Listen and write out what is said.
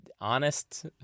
honest